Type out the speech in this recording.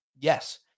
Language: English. Yes